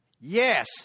Yes